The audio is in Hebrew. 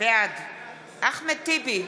בעד אחמד טיבי,